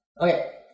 Okay